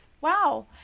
Wow